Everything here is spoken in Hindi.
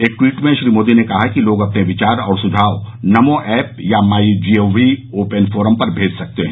एक ट्वीट में श्री मोदी ने कहा कि लोग अपने विचार और सुझाव नमो ऐप या माई जीओवी ओपन फोरम पर भेज सकते हैं